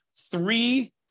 three